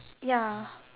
ya